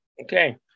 Okay